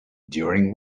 during